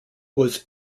was